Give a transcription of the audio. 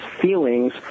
feelings